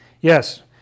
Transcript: Yes